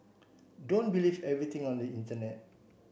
don't believe everything on the internet